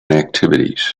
activities